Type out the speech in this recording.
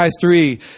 three